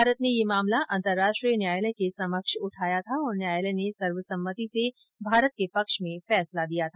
भारत ने ये मामला अंतरराष्ट्रीय न्यायालय के समक्ष उठाया था और न्यायालय ने सर्वसम्मति से भारत के पक्ष में फैसला दिया था